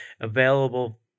available